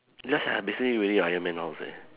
ya sia basically really iron man house leh